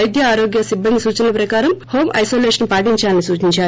పైద్య ఆరోగ్య సిబ్బంది సూచనల ప్రకారం హోం ఐనోలేషన్ పాటించాలని సూచించారు